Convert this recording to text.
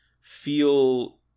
feel